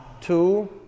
two